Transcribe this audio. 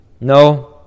No